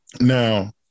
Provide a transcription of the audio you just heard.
Now